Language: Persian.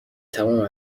تموم